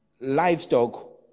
Livestock